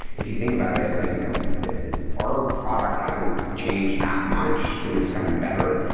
if you think about it, like you know our product hasn't changed that much. i mean, it's gotten better,